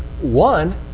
one